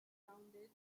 rounded